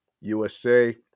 USA